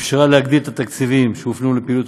מה שאפשר להגדיל את התקציבים שהופנו לפעילויות